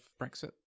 Brexit